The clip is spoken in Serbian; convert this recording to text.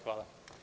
Hvala.